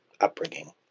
upbringing